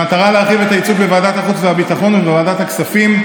במטרה להרחיב את הייצוג בוועדת החוץ והביטחון ובוועדת הכספים,